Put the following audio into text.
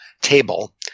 table